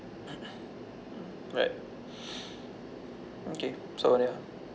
right okay